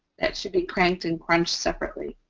that should be cranked and crunched separately.